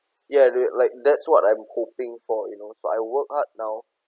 ya do you like that's what I'm hoping for you know so I work hard now